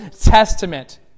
Testament